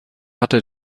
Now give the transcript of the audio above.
hatte